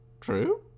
True